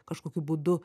kažkokiu būdu